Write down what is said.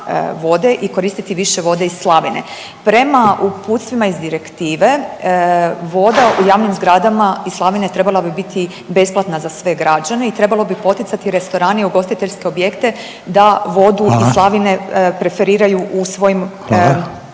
i koristiti više vode iz slavine. Prema uputstvima iz direktive voda u javnim zgradama iz slavine trebala bi biti besplatna za sve građane i trebalo bi poticati restorane i ugostiteljske objekte da vodu iz slavine …/Upadica: Hvala./…